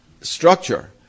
structure